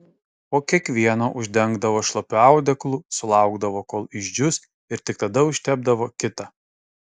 po kiekvieno uždengdavo šlapiu audeklu sulaukdavo kol išdžius ir tik tada užtepdavo kitą